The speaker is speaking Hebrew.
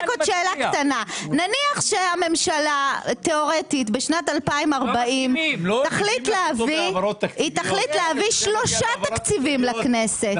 נניח שהממשלה תיאורטית בשנת 2040 תחליט להביא שלושה תקציבים לכנסת,